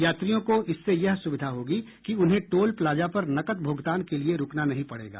यात्रियों को इससे यह सुविधा होगी कि उन्हें टोल प्लाजा पर नकद भुगतान के लिए रूकना नहीं पड़ेगा